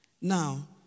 Now